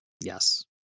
Yes